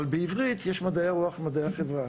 אבל בעברית יש מדעי הרוח ומדעי החברה.